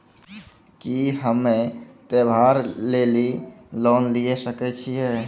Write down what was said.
की हम्मय त्योहार लेली लोन लिये सकय छियै?